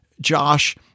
Josh